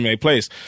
Place